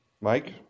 Mike